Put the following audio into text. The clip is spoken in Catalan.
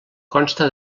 consta